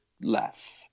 left